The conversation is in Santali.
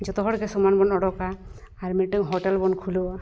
ᱡᱚᱛᱚ ᱦᱚᱲᱜᱮ ᱥᱚᱢᱟᱱ ᱵᱚᱱ ᱩᱰᱩᱠᱟ ᱟᱨ ᱢᱤᱫᱴᱟᱝ ᱵᱚᱱ ᱠᱷᱩᱞᱟᱣᱟ